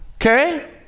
okay